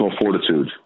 fortitude